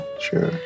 Sure